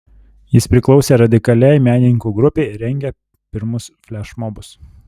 jis priklausė radikaliai menininkų grupei rengė pirmus flešmobus